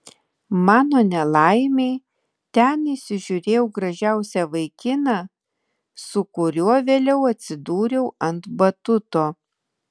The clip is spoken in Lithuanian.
mano nelaimei ten įsižiūrėjau gražiausią vaikiną su kuriuo vėliau atsidūriau ant batuto